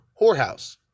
whorehouse